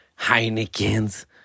Heineken's